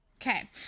Okay